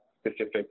specific